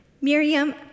Miriam